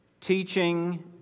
teaching